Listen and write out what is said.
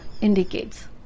indicates